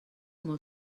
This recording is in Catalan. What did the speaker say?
molt